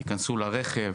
הם ייכנסו לרכב,